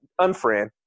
Unfriend